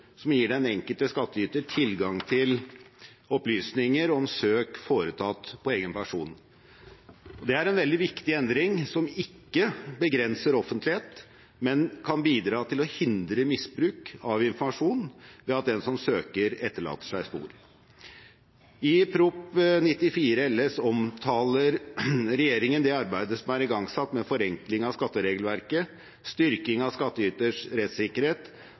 som gir den enkelte skattyter tilgang til opplysninger om søk foretatt på egen person. Det er en veldig viktig endring som ikke begrenser offentlighet, men som kan bidra til å hindre misbruk av informasjon, ved at den som søker, etterlater seg spor. I Prop. 94 LS omtaler regjeringen det arbeidet som er igangsatt med forenkling av skatteregelverket, styrking av skattyters rettssikkerhet